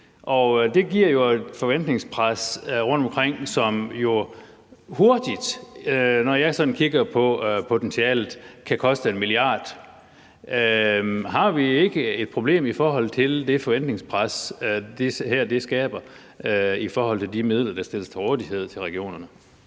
det giver jo et forventningspres rundtomkring, som jo hurtigt, når jeg sådan kigger på potentialet, kan koste 1 mia. kr. Har vi ikke et problem med det forventningspres, som det her skaber, i forhold til de midler, der stilles til rådighed for regionerne?